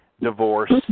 divorce